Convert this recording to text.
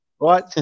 Right